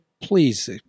please